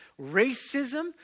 racism